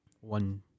one